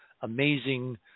amazing